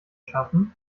schaffen